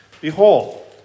Behold